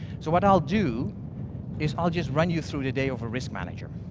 so what i'll do is i'll just run you through the day of a risk manager.